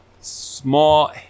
Small